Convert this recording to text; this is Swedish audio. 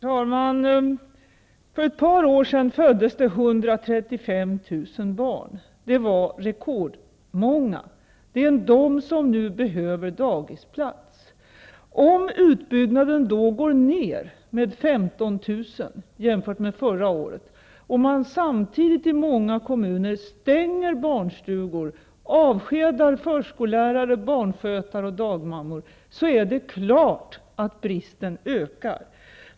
Herr talman! För ett par år sedan föddes 135 000 barn. Det var rekordmånga. Det är de som nu behöver dagisplats. Om utbyggnaden då går ner med 15 000 jämfört med förra året och man samtidigt i många kommuner stänger barnstugor, avskedar förskollärare, barnskötare och dagmammor, är det klart att bristen ökar.